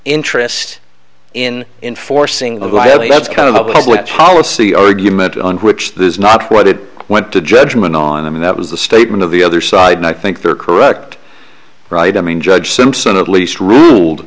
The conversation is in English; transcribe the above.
interest in enforcing a that's kind of public policy argument on which this is not what it went to judgment on them and that was the statement of the other side and i think they're correct right i mean judge simpson at least ruled